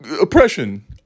oppression